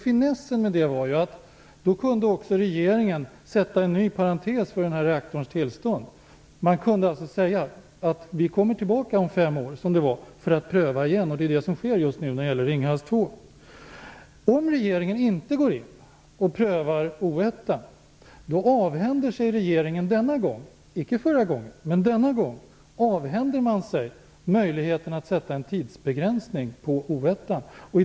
Finessen med det var att då kunde också regeringen sätta en ny parentes för den här reaktorns tillstånd. Man kunde alltså säga att vi kommer tillbaka om fem år, som det då var, för att pröva igen. Det är också vad som sker just nu när det gäller Om regeringen inte går in och tillståndsprövar Oskarshamn 1 avhänder sig regeringen denna gång - icke förra gången - möjligheten att sätta en tidsgräns för Oskarshamn 1.